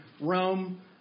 Rome